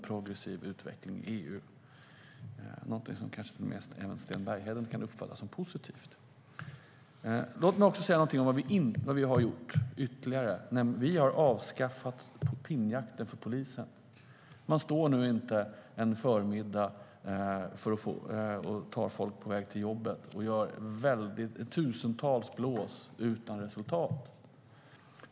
Det är någonting som kanske även Sten Bergheden kan uppfatta som positivt. Vi har dessutom avskaffat pinnjakten för polisen. Man står nu inte en förmiddag och tar folk på väg till jobbet och gör tusentals blås utan resultat.